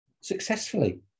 successfully